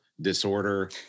disorder